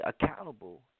accountable